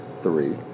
three